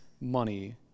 money